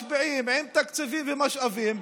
משפיעים עם תקציבים ומשאבים,